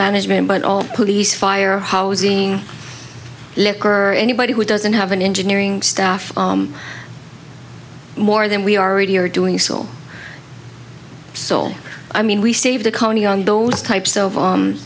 management but all police fire hosing liquor anybody who doesn't have an engineering staff more than we already are doing so soul i mean we save the county on those types of